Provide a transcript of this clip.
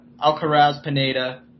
Alcaraz-Pineda